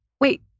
wait